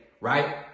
right